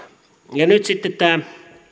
ja nyt sitten tämä